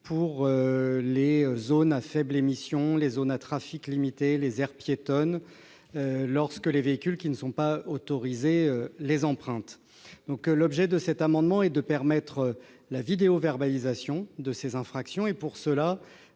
dans les zones à faibles émissions, les zones à trafic limité et les aires piétonnes lorsque les véhicules qui ne sont pas autorisés les empruntent. L'objet de cet amendement est de mettre en place la vidéoverbalisation de ces infractions. À cet